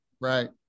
Right